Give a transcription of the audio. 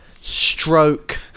stroke